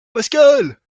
pascal